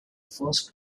first